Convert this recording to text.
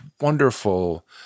wonderful